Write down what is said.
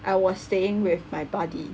I was staying with my buddy